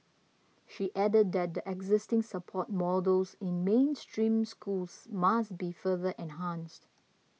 she added that the existing support models in mainstream schools must be further enhanced